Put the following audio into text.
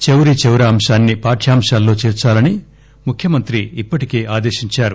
చౌరీచౌరా అంశాన్ని పాఠ్యాంశాల్లో చేర్చాలని ముఖ్యమంత్రి ఇప్పటికే ఆదేశించారు